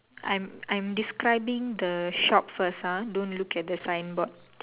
I'm I'm describing the shop first ah don't look at the signboard